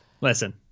Listen